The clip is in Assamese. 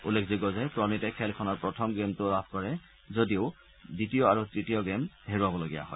উল্লেখযোগ্য যে প্ৰণিতে খেলখনৰ প্ৰথম গেমটো লাভ কৰে যদিও দ্বিতীয় আৰু তৃতীয় গেম হেৰুৱাবলগীয়া হয়